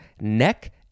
neck